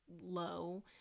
low